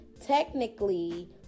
technically